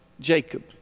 Jacob